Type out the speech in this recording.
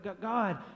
God